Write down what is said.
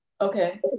Okay